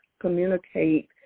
communicate